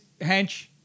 Hench